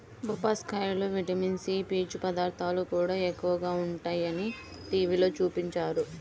బొప్పాస్కాయలో vitamin C, పీచు పదార్థాలు కూడా ఎక్కువగా ఉంటయ్యని టీవీలో చూపించారు